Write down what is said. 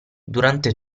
durante